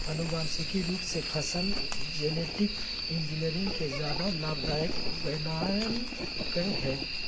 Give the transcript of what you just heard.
आनुवांशिक रूप से फसल जेनेटिक इंजीनियरिंग के ज्यादा लाभदायक बनैयलकय हें